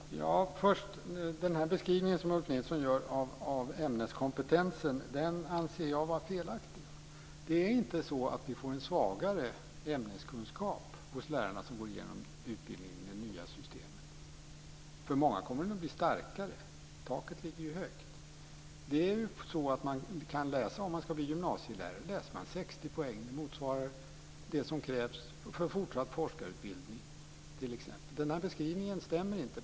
Fru talman! Först till den beskrivning Ulf Nilsson ger av ämneskompetensen. Den anser jag vara felaktig. Det är inte så att lärarna som går genom utbildningen i det nya systemet får en svagare ämneskunskap. För många kommer den att bli starkare. Taket ligger ju högt. Om man ska bli gymnasielärare läser man 60 poäng. Det motsvarar det som krävs för t.ex. fortsatt forskarutbildning. Den beskrivningen stämmer inte.